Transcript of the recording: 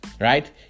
right